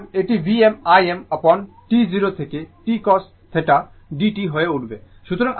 অতএব এটি Vm Im অ্যাপন T 0 থেকে t cos θ dt হয়ে উঠবে